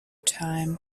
time